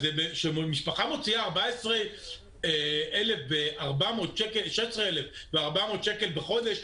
אז כשמשפחה מוציאה 16,400 שקל בחודש,